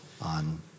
on